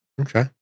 Okay